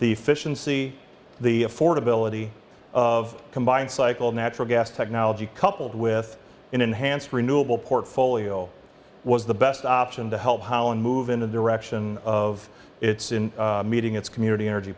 see the affordability of combined cycle natural gas technology coupled with an enhanced renewable portfolio was the best option to help how and move in the direction of its in meeting its community energy